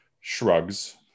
shrugs